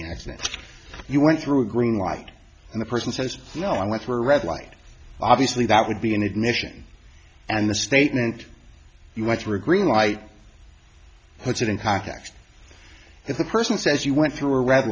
know you went through a green light and the person says no i went through a red light obviously that would be an admission and the statement you want for a green light puts it in context if the person says you went through a red